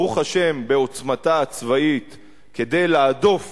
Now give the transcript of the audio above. ברוך השם, בעוצמתה הצבאית כדי להדוף